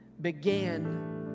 began